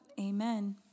amen